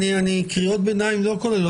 כמובן הזכות לבחירות חופשיות והוגנות.